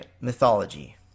mythology